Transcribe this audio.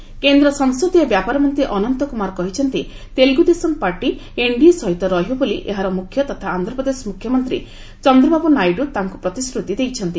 ଅନନ୍ତ ଆନ୍ଧ୍ରା କେନ୍ଦ୍ର ସଂସଦୀୟ ବ୍ୟାପାର ମନ୍ତ୍ରୀ ଅନନ୍ତ କୁମାର କହିଛନ୍ତି ତେଲଗୁଦେଶମ ପାର୍ଟି ଏନ୍ଡିଏ ସହିତ ରହିବ ବୋଲି ଏହାର ମୁଖ୍ୟ ତଥା ଆନ୍ଧ୍ରପ୍ରଦେଶ ମୁଖ୍ୟମନ୍ତ୍ରୀ ଚନ୍ଦ୍ରବାବୁ ନାଇଡୁ ତାଙ୍କୁ ପ୍ରତିଶ୍ରୁତି ଦେଇଛନ୍ତି